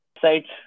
sites